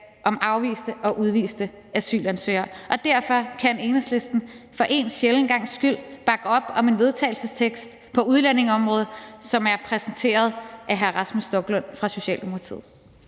om afviste og udviste asylansøgere. Derfor kan Enhedslisten for én sjælden gangs skyld bakke op om en vedtagelsestekst på udlændingeområdet, som er præsenteret af hr. Rasmus Stoklund fra Socialdemokratiet.